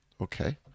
Okay